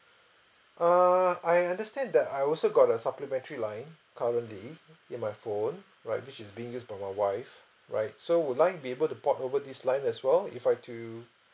err I understand that I also got a supplementary line currently in my phone right which is being used by my wife right so will I be able to port over this line as well if I have to